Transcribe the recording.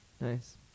nice